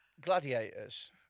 gladiators